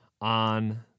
on